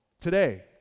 today